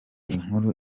inkuru